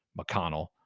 McConnell